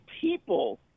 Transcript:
people